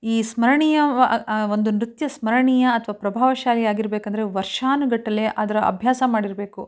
ಈ ಸ್ಮರಣೀಯವ ಒಂದು ನೃತ್ಯ ಸ್ಮರಣೀಯ ಅಥವಾ ಪ್ರಭಾವಶಾಲಿ ಆಗಿರ್ಬೇಕೆಂದರೆ ವರ್ಷಾನುಗಟ್ಟಲೆ ಅದರ ಅಭ್ಯಾಸ ಮಾಡಿರಬೇಕು